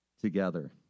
together